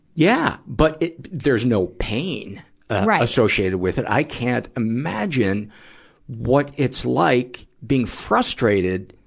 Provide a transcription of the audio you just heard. yeah. but it, there's no pain associated with it. i can't imagine what it's like being frustrated,